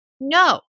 No